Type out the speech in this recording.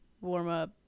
warm-up